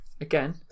Again